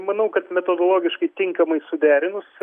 manau kad metodologiškai tinkamai suderinus